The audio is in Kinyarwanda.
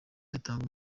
zitanga